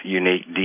unique